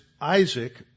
Isaac